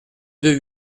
deux